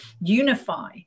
unify